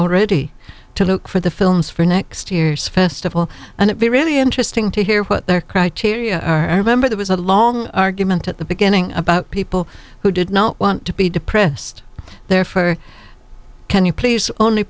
already to look for the films for next year's festival and it be really interesting to hear what their criteria are a member that was a long argument at the beginning about people who did not want to be depressed there for can you please only